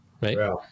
right